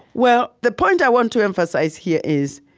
well, the point i want to emphasize here is,